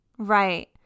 Right